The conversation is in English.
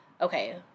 okay